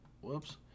Whoops